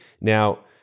now